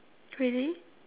really